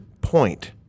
point